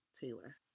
Taylor